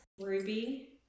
Ruby